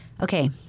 Okay